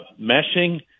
meshing